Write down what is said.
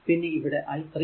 പിന്നെ ഇവിടെ i 3